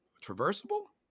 traversable